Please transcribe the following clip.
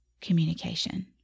communication